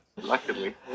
Luckily